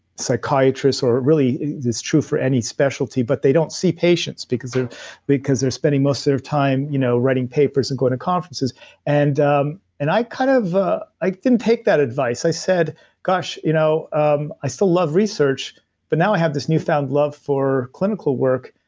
psychiatrists, or really it's true for any specialty, but they don't see patients because they're because they're spending most sort of their time you know writing papers and going to conferences and um and i kind of ah i didn't take that advice. i said gosh, you know um i still love research but now i have this new found love for clinical work,